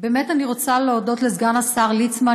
אני רוצה להודות לסגן השר ליצמן,